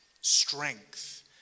strength